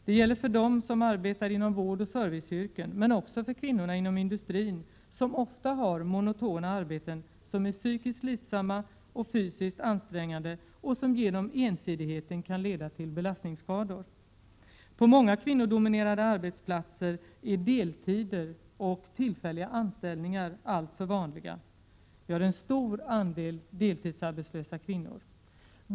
Det gäller för dem som arbetar inom vårdoch serviceyrken. Men det gäller också för kvinnorna inom industrin, som ofta har monotona arbeten, vilka är psykiskt slitsamma och fysiskt ansträngande samt genom ensidigheten kan leda till belastningsskador. På många kvinnodominerade arbetsplatser är deltider och tillfälliga anställningar alltför vanliga. Vi har en stor andel deltidsarbetslösa kvinnor.